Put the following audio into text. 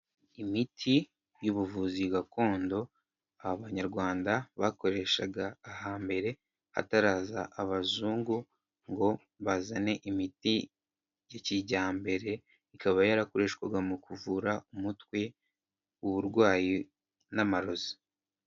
Imiti y'ubuvuzi gakondo abanyarwanda bakoreshaga ahambere hataraza abazungu ngo bazane imiti ya kijyambere. Ikaba yarakoreshwaga mu kuvura umutwe, uburwayi, n'amarozi.